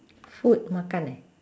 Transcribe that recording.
food makan eh